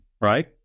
Right